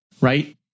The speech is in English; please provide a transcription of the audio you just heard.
right